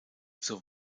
zur